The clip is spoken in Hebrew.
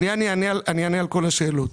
שנייה, אני אענה על כל השאלות.